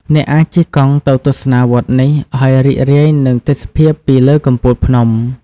អ្នកអាចជិះកង់ទៅទស្សនាវត្តនេះ ហើយរីករាយនឹងទេសភាពពីលើកំពូលភ្នំ។